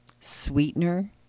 sweetener